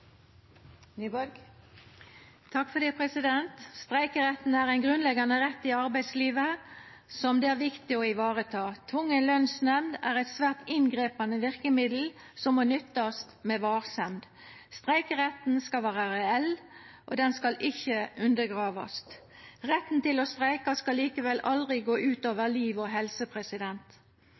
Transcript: rett i arbeidslivet, som det er viktig å vareta. Tvungen lønsnemnd er eit svært inngripande verkemiddel som må nyttast med varsemd. Streikeretten skal vera reell, og han skal ikkje undergravast. Retten til å streika skal likevel aldri gå ut over liv og helse.